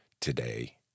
today